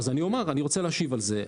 אני רוצה להשיב על זה.